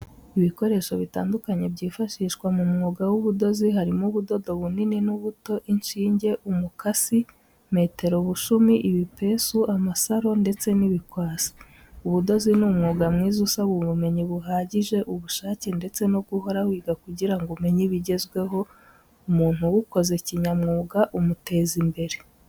Ibikoresho bitandukanye byifashishwa mu mwuga w'ubudozi, harimo ubudodo bunini n'ubuto, inshinge, umukasi, metero bushumi, ibipesu, amasaro, ndetse n'ibikwasi. Ubudozi ni umwuga mwiza usaba ubumenyi buhagije, ubushake ndetse no guhora wiga kugira ngo umenye ibigezweho, umuntu uwukoze kinyamwuga umuteza imbere.